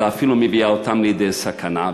אלא אפילו מביאה אותם לידי סכנה,